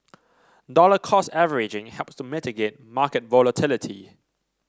dollar cost averaging helps to mitigate market volatility